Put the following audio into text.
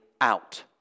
out